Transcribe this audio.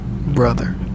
brother